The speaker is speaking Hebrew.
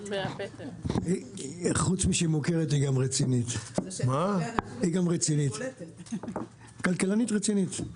חוץ מזה שהיא מוכרת, היא כלכלנית רצינית.